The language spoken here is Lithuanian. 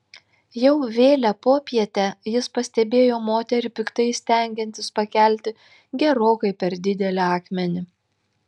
jau vėlią popietę jis pastebėjo moterį piktai stengiantis pakelti gerokai per didelį akmenį